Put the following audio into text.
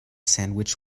sandwich